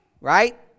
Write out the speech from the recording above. right